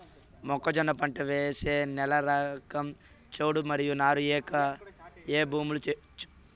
మొక్కజొన్న పంట వేసే నేల రకం చౌడు మరియు నారు ఇంకా ఏ భూముల్లో చేయొచ్చు?